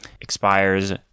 expires